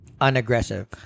unaggressive